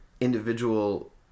Individual